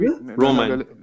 Roman